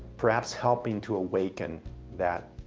perhaps helping to awaken that,